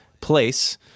place